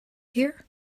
here